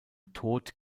tod